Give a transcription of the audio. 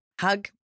hug